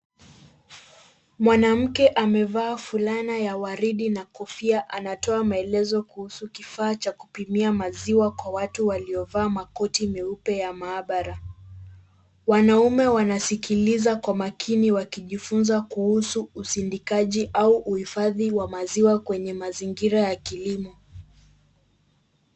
Mwanamke amevaa fulana ya waridi na kofia, anatoa maelezo kuhusu kifaa cha kupimia maziwa kwa watu waliovaa makoti meupe ya maabara. Wanaume wanasikiliza kwa makini wakijifunza kuhusu usindikazi au uhifadhi wa maziwa kwenye mazingira ya kilimo.